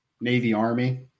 Navy-Army